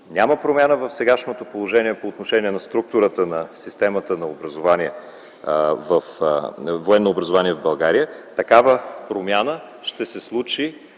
няма промяна в сегашното положение по отношение структурата на системата на военното образование в България. Такава промяна ще се случи,